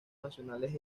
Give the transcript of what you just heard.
nacionales